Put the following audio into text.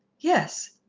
yes.